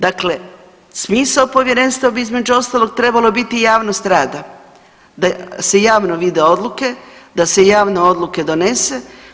Dakle, smisao povjerenstva bi između ostalog trebalo biti javnost rada, da se javno vide odluke, da se javno odluke donese.